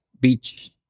beach